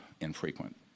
infrequent